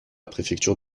préfecture